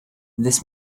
this